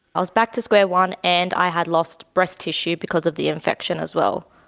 i was back to square one and i had lost breast tissue because of the infection as well,